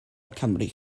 cymru